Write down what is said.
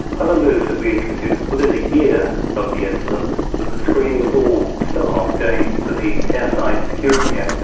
other moves that we introduced within a year of the incident was the screening of all staff going to the air side security areas,